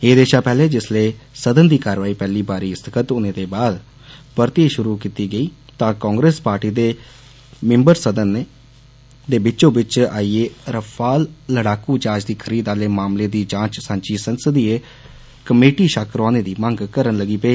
एह्दे षा पैहले जिसलै सदन दी कार्रवाई पैहली बारी स्थगित होने दे बाद परतियै षुरु कीती गेई तां कांग्रेस पार्टी दे मैम्बर सदन दे बिच्चो बिच्च आइयै रफाल लड़ाकू ज्हाज दी खरीद आह्ले मामले दी जांच सांझी संसदीय कमेटी षा करोआने दी मंग करन लगी पे